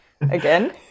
again